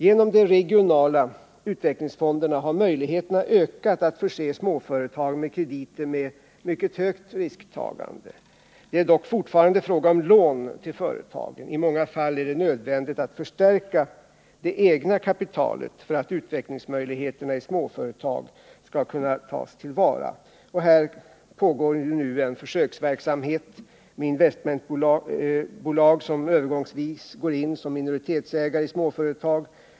Genom de regionala utvecklingsfonderna har möjligheterna ökat att förse småföretag med krediter med mycket högt risktagande. Det är dock fortfarande fråga om lån till företagen. I många fall är det nödvändigt att förstärka det egna kapitalet för att utvecklingsmöjligheterna i småföretag skall kunna tas till vara. Här pågår nu en försöksverksamhet med investmentbolag, som övergångsvis går in som minoritetsägare i småföretag.